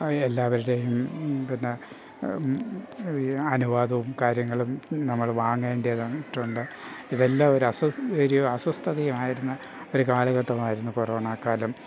എല്ലാവരുടെയും പിന്നെ അനുവാദവും കാര്യങ്ങളും നമ്മൾ വാങ്ങേണ്ടതായിട്ടുണ്ട് ഇതെല്ലാം ഒരു അസൗകര്യവും അസ്വാസ്ഥതയും ആയിരുന്ന ഒരു കാലഘട്ടമായിരുന്നു കൊറോണക്കാലം